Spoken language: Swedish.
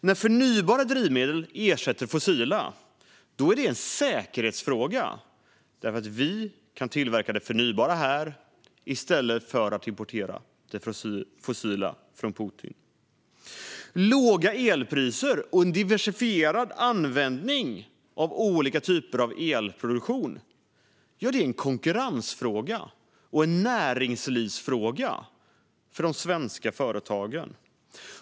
När förnybara drivmedel ersätter fossila är det en säkerhetsfråga, eftersom vi kan tillverka det förnybara här i stället för att importera det fossila från Putin. Låga elpriser och en diversifierad användning av olika typer av elproduktion är en konkurrensfråga och en näringslivsfråga för de svenska företagen.